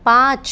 पाँच